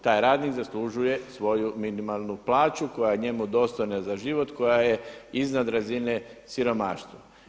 Taj radnik zaslužuje svoju minimalnu plaću koja je njemu dostojna za život koja je iznad razine siromaštva.